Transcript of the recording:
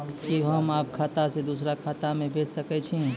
कि होम आप खाता सं दूसर खाता मे भेज सकै छी?